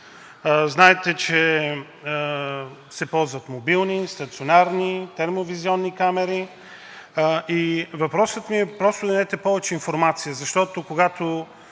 Знаете, че се ползват мобилни, стационарни, термовизионни камери и въпросът ми е да дадете повече информация, защото, когато